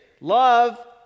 love